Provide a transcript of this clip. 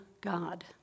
God